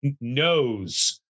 knows